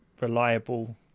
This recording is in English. reliable